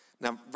Now